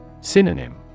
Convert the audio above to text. Synonym